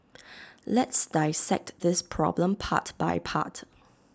let's dissect this problem part by part